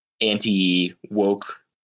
anti-woke